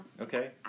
Okay